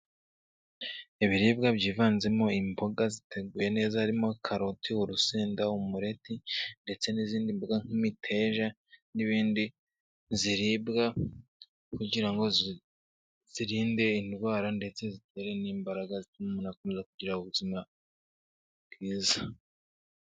Ibiribwa byivanzemo imboga ziteguye neza harimo karoti, urusenda, umureti ndetse n'izindi nk'imiteja n'ibindi ziribwa kugira ngo zirinde indwara ndetse zitere n'imbaraga, zituma umuntu akomeza kugira ubuzima bwiza.